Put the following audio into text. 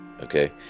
okay